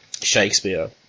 Shakespeare